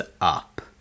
up